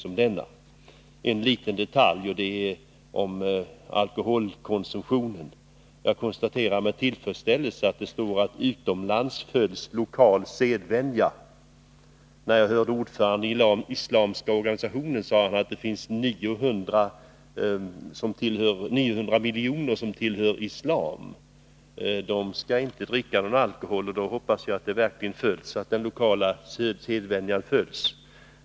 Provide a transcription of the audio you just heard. En detalj som jag vill beröra i sammanhanget är alkoholkonsumtionen. Jag konstaterar med tillfredsställelse att utskottet skriver: ”Utomlands följs lokal sedvänja —-—--.” Ordföranden i islamska organisationen har sagt att 900 miljoner människor tillhör islam. De skall inte dricka någon alkohol, och jag hoppas då att den lokala sedvänjan följs i deras länder.